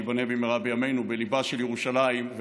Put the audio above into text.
שייבנה במהרה בימינו בליבה של ירושלים,